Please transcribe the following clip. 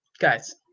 guys